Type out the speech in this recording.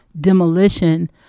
demolition